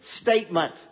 statement